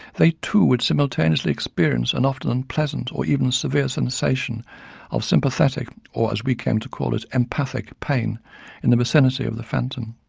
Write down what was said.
they too, would simultaneously experience an often unpleasant or even severe sensation of sympathetic, or as we came to call it, empathic pain in the vicinity of the phantom.